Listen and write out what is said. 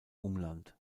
umland